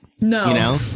No